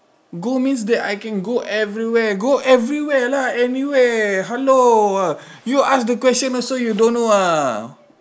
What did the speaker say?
go means that I can go everywhere go everywhere lah anywhere hello you ask the question also you don't know ah